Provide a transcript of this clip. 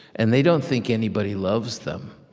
and they don't think anybody loves them.